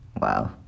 Wow